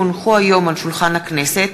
כי הונחו היום על שולחן הכנסת,